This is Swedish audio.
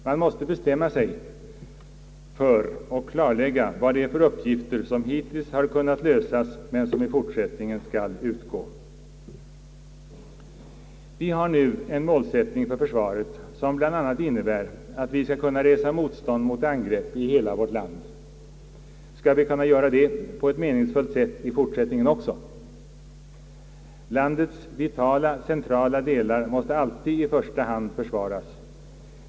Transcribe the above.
Man måste bestämma sig för och klarlägga vad det är för uppgifter som hittills har kunnat lösas, men som i fortsättningen skall utgå. Vi har nu en målsättning för försvaret som bl.a. innebär att vi skall kunna resa motstånd mot angrepp i hela vårt land. Skall vi kunna göra det på ett meningsfullt sätt i fortsättningen också? Landets vitala centrala delar måste alltid i första hand försvaras.